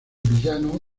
villano